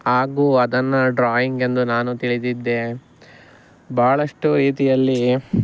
ಹಾಗೂ ಅದನ್ನು ಡ್ರಾಯಿಂಗ್ ಎಂದು ನಾನು ತಿಳಿದಿದ್ದೆ ಬಹಳಷ್ಟು ರೀತಿಯಲ್ಲಿ